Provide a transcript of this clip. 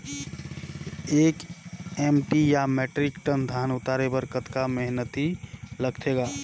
एक एम.टी या metric ton धन उतारे बर कतका मेहनती लगथे ग?